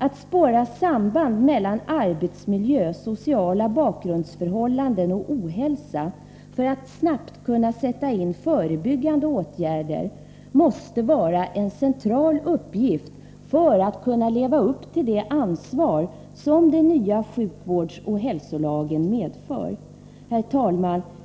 Att spåra samband mellan arbetsmiljö, sociala bakgrundsförhållanden och ohälsa för att man snabbt skall kunna sätta in förebyggande åtgärder måste vara en central uppgift för att kunna leva upp till det ansvar som den nya sjukvårdsoch hälsolagen medför.